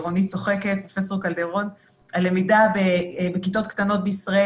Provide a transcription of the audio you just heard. פרופ' רונית קלדרון צוחקת הלמידה בכיתות קטנות בישראל,